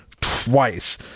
twice